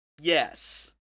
Yes